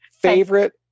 Favorite